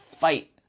fight